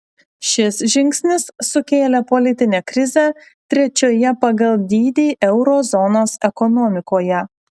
šis žingsnis sukėlė politinę krizę trečioje pagal dydį euro zonos ekonomikoje